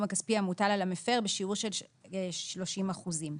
הכספי המוטל על המפר בשיעור של 30 אחוזים.